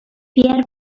pierre